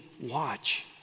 watch